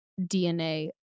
DNA